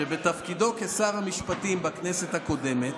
שבתפקידו כשר המשפטים בכנסת הקודמת